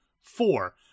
Four